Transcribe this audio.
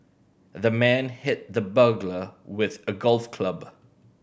the man hit the burglar with a golf club